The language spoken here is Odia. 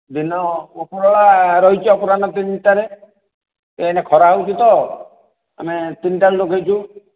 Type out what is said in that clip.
ଦିନ ଉପରବେଳା ରହିଛି ଅପରାହ୍ନ ତିନିଟାରେ କାଇଁନା ଖରା ହେଉଛି ତ ଆମେ ତିନଟା ବେଳେ ଡକେଇଛୁ